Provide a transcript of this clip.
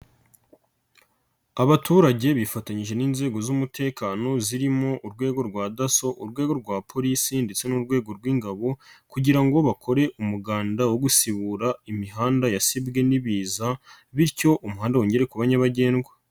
Abaturage bifatanyije n'inzego z'umutekano zirimo urwego rwa daso, urwego rwa polisi ndetse n'urwego rw'ingabo kugira ngo bakore umuganda wo gusibura imihanda yasibwe n'ibiza, bityo umuhanda wongere kuba nyabagendwa.